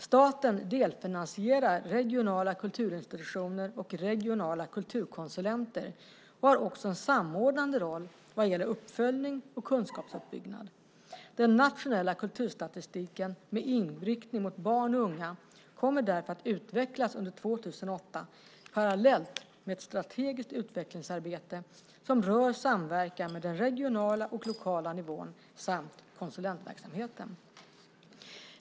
Staten delfinansierar regionala kulturinstitutioner och regionala kulturkonsulenter och har också en samordnande roll vad gäller uppföljning och kunskapsuppbyggnad. Den nationella kulturstatistiken med inriktning mot barn och unga kommer därför att utvecklas under 2008 parallellt med ett strategiskt utvecklingsarbete som rör samverkan med den regionala och lokala nivån samt konsulentverksamheten.